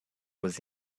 was